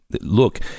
look